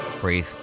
Breathe